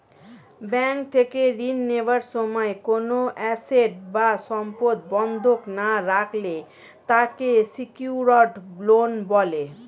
bank থেকে ঋণ নেওয়ার সময় কোনো অ্যাসেট বা সম্পদ বন্ধক না রাখলে তাকে সিকিউরড লোন বলে